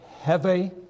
heavy